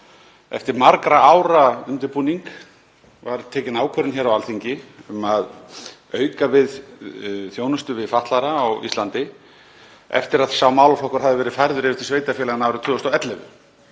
Eftir margra ára undirbúning var tekin ákvörðun á Alþingi um að auka við þjónustu við fatlaða á Íslandi. Eftir að sá málaflokkur hafði verið færður yfir til sveitarfélaganna árið 2011